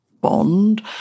bond